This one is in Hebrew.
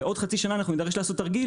ובעוד חצי שנה אנחנו נידרש לעשות תרגיל